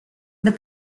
the